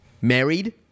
married –